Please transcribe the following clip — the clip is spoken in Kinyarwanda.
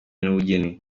n’ubugeni